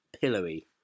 pillowy